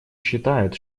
считает